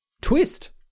twist